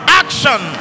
action